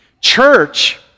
Church